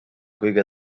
kõige